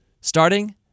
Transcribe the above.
starting